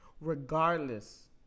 Regardless